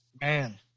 man